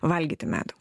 valgyti medų